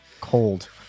cold